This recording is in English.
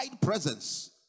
presence